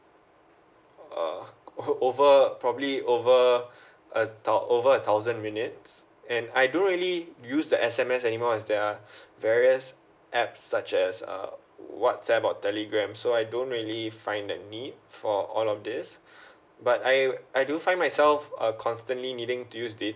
uh over probably over a thou~ over a thousand minutes and I don't really use the S_M_S anymore is there're various app such as uh whatsapp or telegram so I don't really find the need for all of this but I I do find myself a constantly needing to use